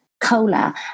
cola